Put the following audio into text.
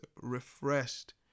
Refreshed